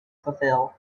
fulfill